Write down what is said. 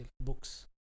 books